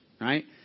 right